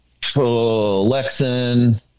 Lexin